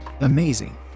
Amazing